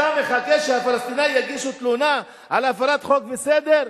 אתה מחכה שהפלסטינים יגישו תלונה על הפרת חוק וסדר?